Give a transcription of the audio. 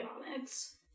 economics